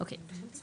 אוקיי.